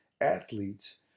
athletes